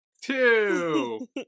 Two